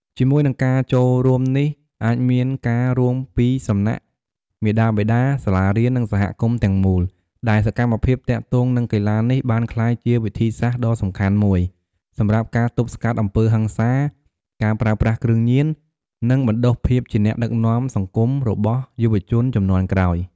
ជាមួយនឹងការចូលរួមនេះអាចមានការរួមពីសំណាក់ មាតាបិតា សាលារៀន និងសហគមន៍ទាំងមូល ដែលសកម្មភាពទាក់ទងនឹងកីឡានេះបានក្លាយជាវិធីសាស្ត្រដ៏សំខាន់មួយសម្រាប់ការទប់ស្កាត់អំពើហិង្សា ការប្រើប្រាស់គ្រឿងញៀន និងបណ្តុះភាពជាអ្នកដឹកនាំសង្គមរបស់យុវជនជំនាន់ក្រោយ។